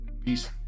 Peace